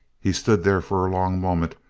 he stood there for a long moment,